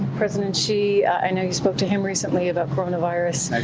president xi i know you spoke to him recently about coronavirus. i